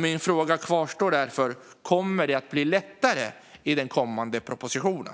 Min fråga kvarstår därför: Kommer det att bli lättare i den kommande propositionen?